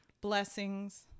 blessings